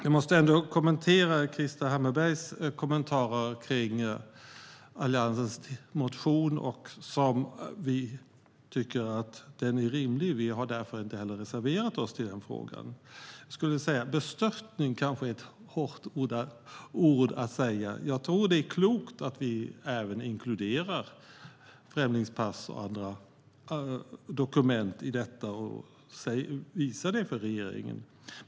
Jag ska ändå kommentera Krister Hammarberghs kommentarer till Alliansens motion. Vi tycker att den är rimlig, och vi har därför inte heller reserverat oss i frågan. Jag skulle vilja säga att bestörtning kanske är ett hårt ord att använda. Jag tror att det är klokt att vi även inkluderar främlingspass och andra dokument i detta och visar det för regeringen.